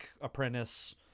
apprentice